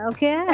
Okay